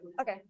Okay